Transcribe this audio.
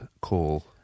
call